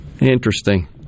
Interesting